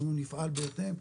אנחנו נפעל בהתאם.